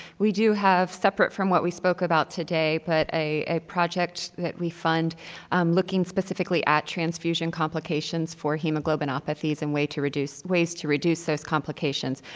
we do have, separate from what we spoke about today, but a project that we fund looking specifically at transfusion complications for hemoglobinopathies and way to reduce ways to reduce those complications.